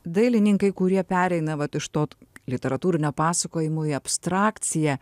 dailininkai kurie pereina vat iš to literatūrinio pasakojimo į abstrakciją